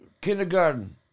Kindergarten